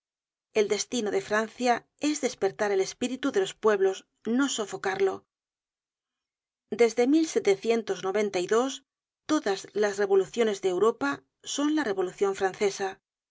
el destino de francia es despertar el espíritu de los pueblos no sofocarlo desde todas jas revoluciones de europa son la revolucion francesa